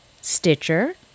Stitcher